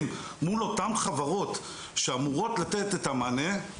מול אותן חברות שאמורות לתת את המענה.